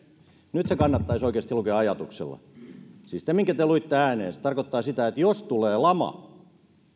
nyt se kannattaisi oikeasti lukea ajatuksella siis se minkä te luitte ääneen tarkoittaa sitä että jos tulee lama